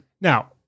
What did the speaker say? Now